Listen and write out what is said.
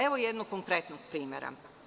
Evo jednog konkretnog primera.